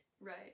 Right